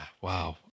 wow